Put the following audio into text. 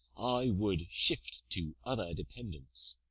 i would shift to other dependance.